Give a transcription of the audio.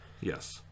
Yes